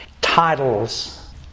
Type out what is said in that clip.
titles